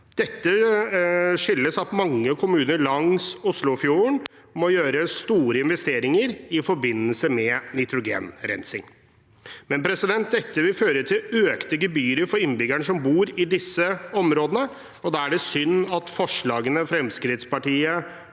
Dette skyldes at mange kommuner langs Oslofjorden må gjøre store investeringer i forbindelse med nitrogenrensing. Dette vil føre til økte gebyrer for innbyggerne som bor i disse områdene, og da er det synd at forslagene Fremskrittspartiet